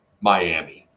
Miami